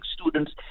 students